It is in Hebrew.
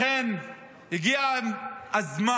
לכן, הגיע הזמן,